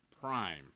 Prime